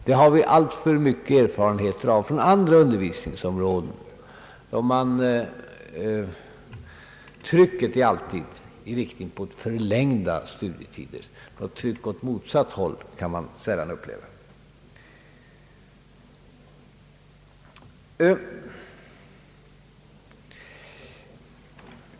Vi har alltför många erfarenheter av detta från andra undervisningsområden, där trycket alltid går i riktning mot en förlängning av studietiderna — något tryck åt motsatt håll kan däremot sällan upplevas.